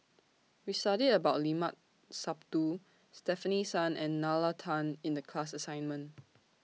We studied about Limat Sabtu Stefanie Sun and Nalla Tan in The class assignment